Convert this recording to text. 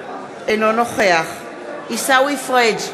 אינו נוכח עיסאווי פריג'